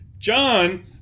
john